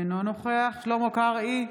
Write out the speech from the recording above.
אינו נוכח שלמה קרעי,